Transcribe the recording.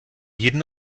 jedem